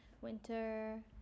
winter